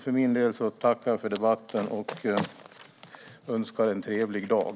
För min del tackar jag för debatten och önskar en trevlig dag.